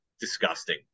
disgusting